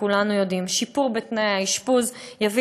וכולנו יודעים: שיפור בתנאי האשפוז יביא